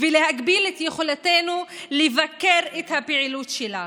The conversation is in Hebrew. להגביל את יכולותינו לבקר את הפעילות שלה.